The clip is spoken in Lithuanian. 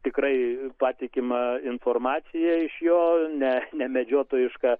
tikrai patikima informacija iš jo ne nemedžiotojiška